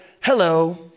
hello